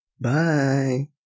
Bye